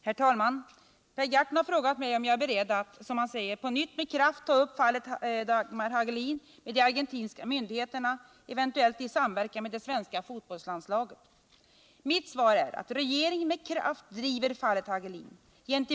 Det är snart 16 månader sedan svenskan Dagmar Hagelin sköts och bortfördes i Buenos Aires. Inom kort kommer VM i fotboll att börja i samma stad. Sveriges landslag kommer att delta.